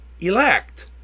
elect